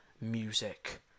music